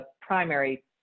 primary